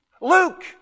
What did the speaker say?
Luke